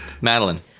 Madeline